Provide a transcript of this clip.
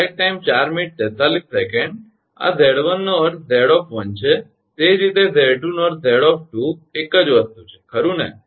આ 𝑍1 નો અર્થ 𝑍 છે તે જ રીતે 𝑍2 નો અર્થ છે 𝑍 એક જ વસ્તુ છે ખરુ ને